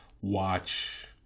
watch